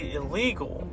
illegal